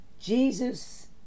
Jesus